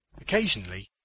Occasionally